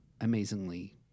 amazingly